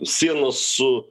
sienos su